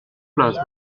place